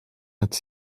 het